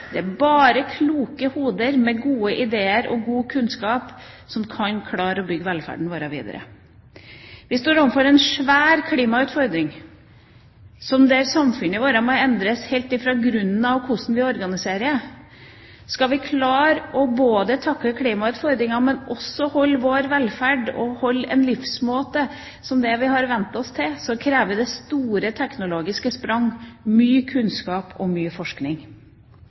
Det er bare kloke hoder med gode ideer og god kunnskap som kan klare å bygge velferden vår videre. Vi står overfor en svær klimautfordring, som gjør at samfunnet vårt må endres helt fra grunnen av med tanke på organisering. Skal vi klare både å takle klimautfordringen og opprettholde vår velferd og den livsmåten som vi har vent oss til, krever det store teknologiske sprang, mye kunnskap og mye forskning.